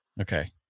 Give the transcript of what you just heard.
Okay